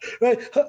Right